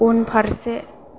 उनफारसे